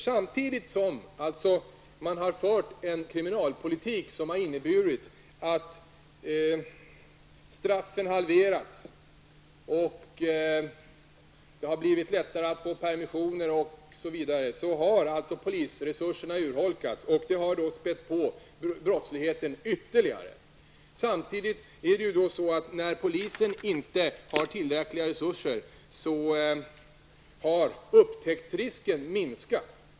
Samtidigt som man har fört en kriminalpolitik som har inneburit att straffen halverats, att det varit lätt att få permissioner osv., har polisresurserna urholkats, och det har spätt på brottsligheten ytterligare. Eftersom polisen inte har tillräckliga resurser har upptäcktsrisken minskat.